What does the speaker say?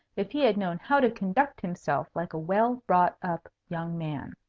if he had known how to conduct himself like a well-brought-up young man.